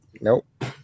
Nope